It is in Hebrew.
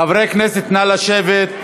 חברי הכנסת, נא לשבת.